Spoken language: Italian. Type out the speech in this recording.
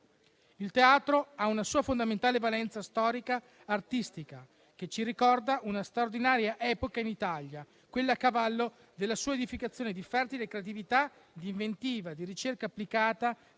Il teatro ha una sua fondamentale valenza storico-artistica, che ci ricorda una straordinaria epoca in Italia, quella a cavallo della sua edificazione, di fertile creatività, di inventiva, di ricerca applicata,